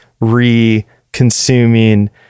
re-consuming